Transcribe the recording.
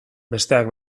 besteak